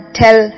tell